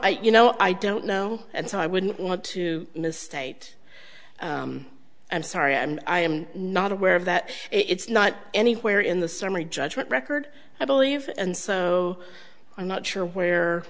i you know i don't know and so i wouldn't want to misstate i'm sorry and i am not aware of that it's not anywhere in the summary judgment record i believe and so i'm not sure where